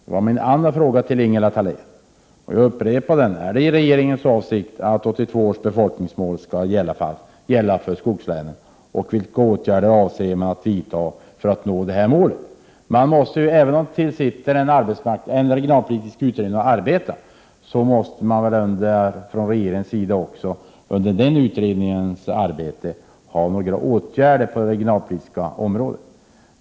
Det var min andra fråga till Ingela Thalén, och jag upprepar den här: Är det regeringens avsikt att 1982 års befolkningsmål skall gälla för skogslänen, och vilka åtgärder avser regeringen i så fall att vidta för att nå det målet? Även om en regionalpolitisk utredning arbetar måste ändå regeringen under den tiden vidta åtgärder på det regionalpolitiska området.